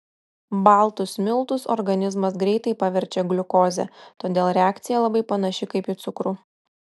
baltus miltus organizmas greitai paverčia gliukoze todėl reakcija labai panaši kaip į cukrų